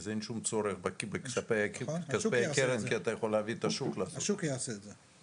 אז אין שום צורך בכספי הקרן כי אתה יכול להביא את השוק לעשות את זה.